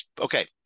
Okay